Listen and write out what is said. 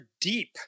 deep